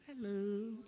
hello